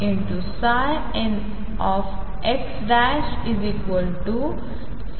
असा होतो